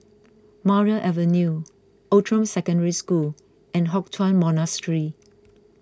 Maria Avenue Outram Secondary School and Hock Chuan Monastery